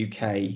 UK